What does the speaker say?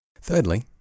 Thirdly